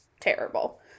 terrible